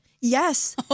Yes